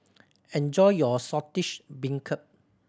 enjoy your Saltish Beancurd